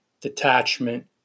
detachment